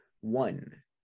One